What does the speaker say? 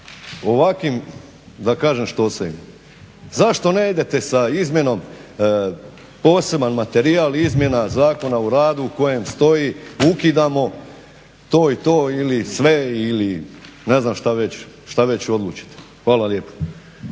ovakvim da kažem štosevima? Zašto ne idete sa izmjenom, poseban materijal izmjena Zakona o radu u kojem stoji ukidamo to i to ili sve ili ne znam što već odlučite. Hvala lijepa.